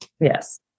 Yes